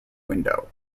window